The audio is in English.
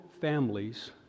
families